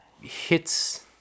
hits